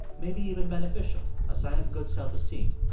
maybe even beneficial a sign of good self-esteem.